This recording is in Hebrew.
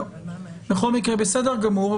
בכל מקרה בסדר גמור,